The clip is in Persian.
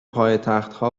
پایتختها